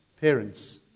Parents